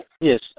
Yes